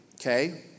okay